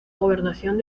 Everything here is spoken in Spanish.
gobernación